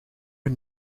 een